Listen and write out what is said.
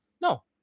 No